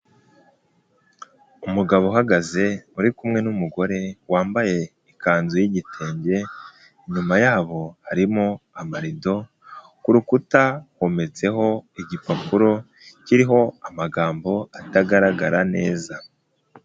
Umugabo uhagaze uri kumwe n'umugore wambaye ikanzu y'igitenge, inyuma yabo harimo amarido, kurukuta hometseho igipapuro kiriho amagambo atagaragara neza.